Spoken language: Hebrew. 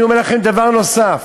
אני אומר לכם דבר נוסף.